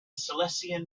silesian